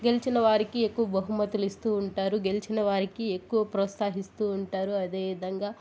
గెలిచిన వారికి ఎక్కువ బహుమతులు ఇస్తూ ఉంటారు గెలిచిన వారికి ఎక్కువ ప్రోత్సాహిస్తూ ఉంటారు అదేవిధంగా